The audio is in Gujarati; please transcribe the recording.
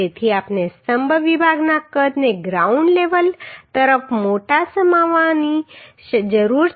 તેથી આપણે સ્તંભ વિભાગના કદને ગ્રાઉન્ડ લેવલ તરફ મોટા સમાવવાની જરૂર છે